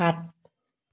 সাত